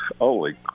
holy